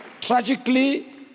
Tragically